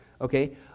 Okay